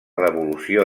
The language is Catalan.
devolució